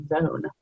zone